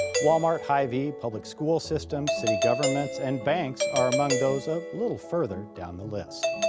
walmart, hyvee, public school systems, city governments and banks are among those a little further down the list.